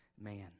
man